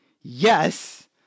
yes